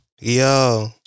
Yo